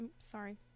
sorry